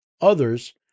others